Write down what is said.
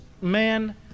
man